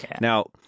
Now